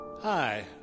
Hi